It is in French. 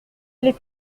les